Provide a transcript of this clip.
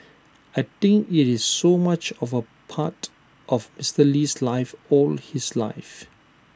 I think IT is so much of A part of Mister Lee's life all his life